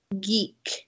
geek